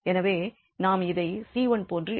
எனவே நாம் அதை 𝐶1போன்று எடுத்துக்கொள்ளலாம்